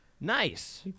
Nice